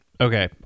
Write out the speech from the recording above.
okay